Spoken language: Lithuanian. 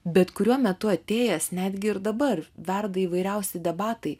bet kuriuo metu atėjęs netgi ir dabar verda įvairiausi debatai